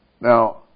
Now